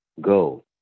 Go